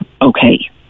okay